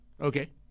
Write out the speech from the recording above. Okay